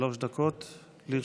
שלוש דקות לרשותך.